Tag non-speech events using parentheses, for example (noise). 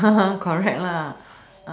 (laughs) correct lah